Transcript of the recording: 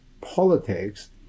politics